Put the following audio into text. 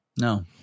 no